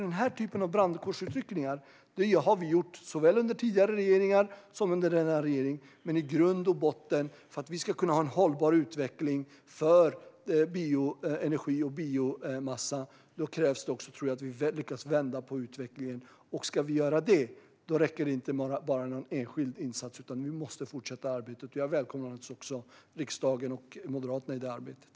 Den här typen av brandkårsutryckningar har vi gjort såväl under tidigare regeringar som under denna regering, men för att vi ska kunna ha en hållbar utveckling för bioenergi och biomassa krävs det att vi lyckas vända utvecklingen. Ska vi göra det räcker det inte med någon enskild insats, utan nu måste arbetet fortsätta. Jag välkomnar naturligtvis riksdagen och Moderaterna i det arbetet.